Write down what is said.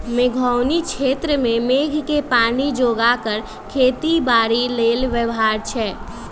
मेघोउनी क्षेत्र में मेघके पानी जोगा कऽ खेती बाड़ी लेल व्यव्हार छै